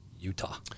Utah